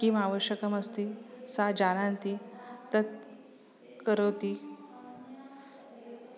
किम् आवश्यकमस्ति सा जानाति तत् करोति